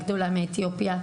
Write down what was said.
מאתיופיה.